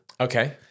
Okay